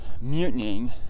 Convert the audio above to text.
mutinying